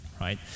right